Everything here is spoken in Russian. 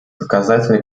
показатели